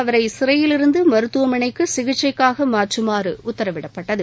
அவரை சிறையிலிருந்து மருத்துவமனைக்கு சிகிச்சைக்காக மாற்றுமாறு உத்தரவிடப்பட்டது